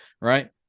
Right